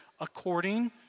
according